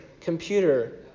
Computer